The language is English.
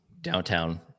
downtown